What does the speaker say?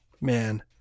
man